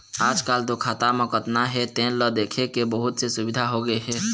आजकाल तो खाता म कतना हे तेन ल देखे के बहुत से सुबिधा होगे हे